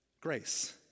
Grace